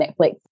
Netflix